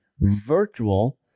virtual